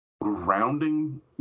grounding